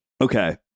Okay